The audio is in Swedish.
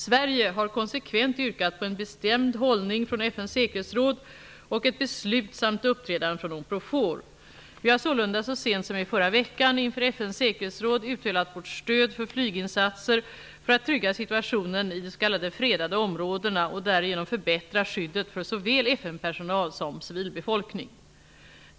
Sverige har konsekvent yrkat på en bestämd hållning från FN:s säkerhetsråd och ett beslutsamt uppträdande från Unprofor. Vi har sålunda så sent som i förra veckan inför FN:s säkerhetsråd uttalat vårt stöd för flyginsatser för att trygga situationen i de s.k. fredade områdena och därigenom förbättra skyddet för såväl FN-personal som civilbefolkning.